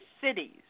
cities